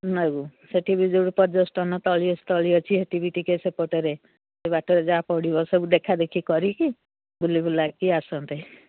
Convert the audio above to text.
ନବୁ ସେଠି ବି ଯୋଉଟ ପର୍ଯ୍ୟସ୍ଟନ ତଥଳୀୟସ୍ଥଳୀ ଅଛି ସେଠି ବି ଟିକେ ସେପଟରେ ସେ ବାଟରେ ଯାହା ପଡ଼ିବ ସବୁ ଦେଖାଦ ଦେଖି କରିକି ବୁଲି ବୁଲାକି ଆସନ୍ତେ